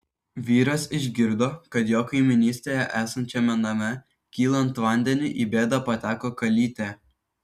vyras išgirdo kad jo kaimynystėje esančiame name kylant vandeniui į bėdą pateko kalytė